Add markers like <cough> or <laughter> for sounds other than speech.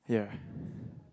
yeah <breath>